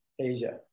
Asia